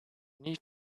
need